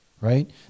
Right